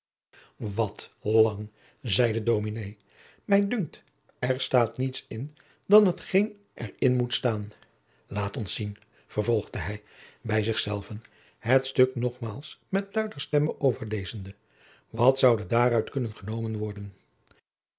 wat lang zeide dominé mij dunkt er staat niets in dan hetgeen er in moet staan laat ons zien vervolgde hij bij zich zelven het stuk nogmaals met luider stemme overlezende wat zoude daaruit kunnen genomen worden